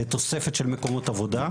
לתוספת של מקומות עבודה,